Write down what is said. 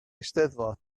eisteddfod